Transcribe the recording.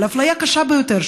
אפליה קשה ביותר,